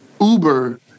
Uber